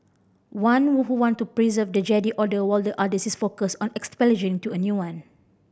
one who who want to preserve the Jedi Order while the other is focused on establishing to a new one